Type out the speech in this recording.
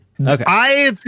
Okay